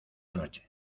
noche